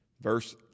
Verse